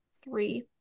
three